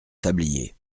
tablier